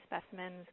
specimens